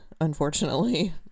unfortunately